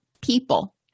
people